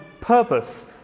purpose